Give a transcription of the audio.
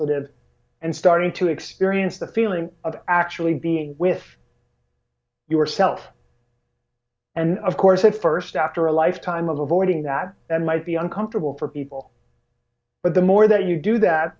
e and starting to experience the feeling of actually being with yourself and of course at first after a lifetime of avoiding that that might be uncomfortable for people but the more that you do that